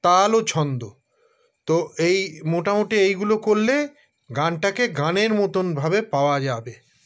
তাল ও ছন্দ তো এই মোটামুটি এইগুলো করলে গানটাকে গানের মতনভাবে পাওয়া যাবে